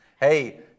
Hey